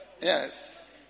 Yes